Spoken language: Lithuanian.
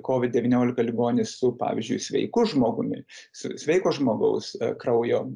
kovid devyniolika ligonį su pavyzdžiui sveiku žmogumi s sveiko žmogaus kraujo